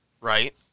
Right